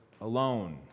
alone